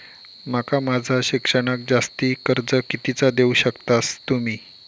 माका माझा शिक्षणाक जास्ती कर्ज कितीचा देऊ शकतास तुम्ही?